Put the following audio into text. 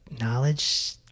knowledge